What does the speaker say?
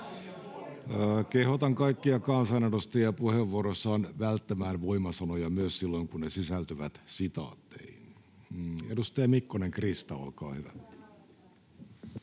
Kehotan kaikkia kansanedustajia puheenvuoroissaan välttämään voimasanoja, myös silloin, kun ne sisältyvät sitaatteihin. — Edustaja Mikkonen, Krista, olkaa hyvä.